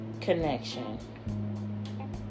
connection